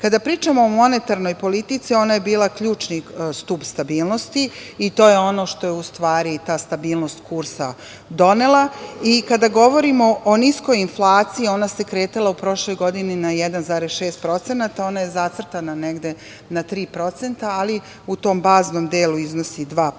pričamo o monetarnoj politici, ona je bila ključni stub stabilnosti i to je ono što je u stvari ta stabilnost kursa donela. I kada govorimo o niskoj inflaciji, ona se kretala u prošloj godini na 1,6%, ona je zacrtana negde na 3%, ali u tom baznom delu iznosi 2%.